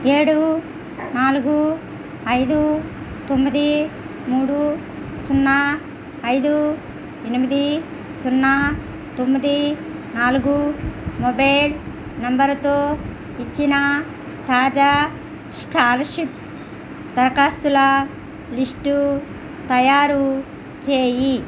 ఏడు నాలుగు ఐదు తొమ్మిది మూడు సున్నా ఐదు ఎనిమిది సున్నా తొమ్మిది నాలుగు మొబైల్ నంబరుతో ఇచ్చిన తాజా స్కాలర్షిప్ దరఖాస్తుల లిస్టు తయారు చేయి